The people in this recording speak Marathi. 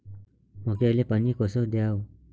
मक्याले पानी कस द्याव?